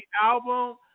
album